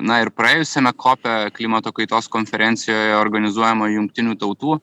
na ir praėjusiame kope klimato kaitos konferencijoje organizuojamoj jungtinių tautų